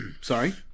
Sorry